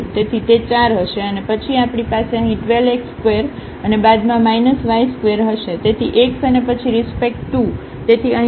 તેથી તે 4 હશે અને પછી આપણી પાસે અહીં 12 x2 અને બાદમાં y2 હશે તેથી x અને પછી રિસ્પેક્ટ ટુ તેથી અહીં આ 2 વખત